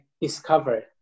discover